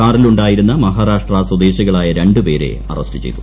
കാറിലുണ്ടായിരുന്ന മഹാരാഷ്ട്ര സ്വദേശികളായ രണ്ടു പേരെ അറസ്റ്റ് ചെയ്തു